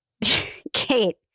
Kate